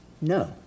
no